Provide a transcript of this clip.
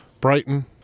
brighton